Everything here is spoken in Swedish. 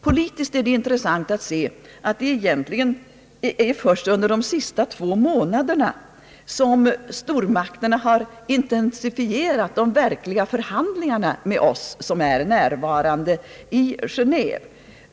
Politiskt är det intressant att se, att supermakterna egentligen inte förrän under de sista två månaderna har intensifierat de verkliga förhandlingarna med oss andra som deltar i Geneve.